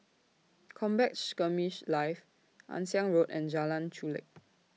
Combat Skirmish Live Ann Siang Road and Jalan Chulek